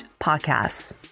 podcasts